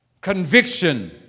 Conviction